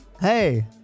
Hey